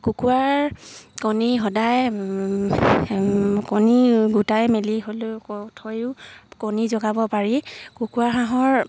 কুকুৰাৰ কণী সদায় কণী গোটাই মেলি হ'লেও থৈও কণী জগাব পাৰি কুকুৰা হাঁহৰ